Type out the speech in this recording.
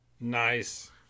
Nice